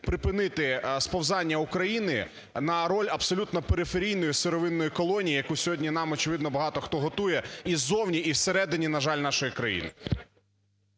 припинити сповзання України на роль абсолютно периферійної сировинної колонії, яку сьогодні нам, очевидно, багато хто готує і ззовні, і всередині, на жаль, нашої країни.